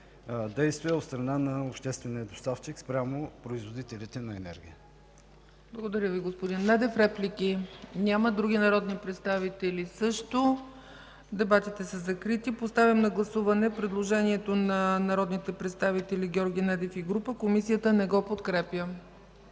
действия от страна на обществения доставчик спрямо производителите на енергия.